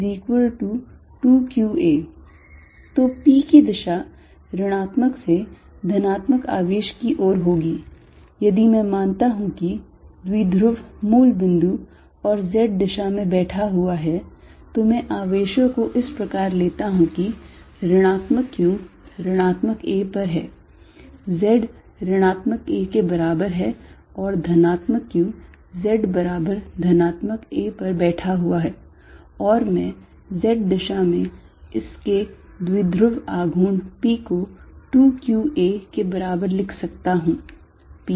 p2qa तो p की दिशा ऋणात्मक से धनात्मक आवेश की ओर होगी यदि मैं मानता हूं कि द्विध्रुव मूल बिन्दु और z दिशा में बैठा हुआ है तो मैं आवेशों को इस प्रकार लेता हूं की ऋणात्मक q ऋणात्मक a पर है z ऋणात्मक a के बराबर है और धनात्मक q z बराबर धनात्मक a पर बैठा हुआ है और मैं z दिशा में इसके द्विध्रुव आघूर्ण p को 2qa के बराबर लिख सकता हूं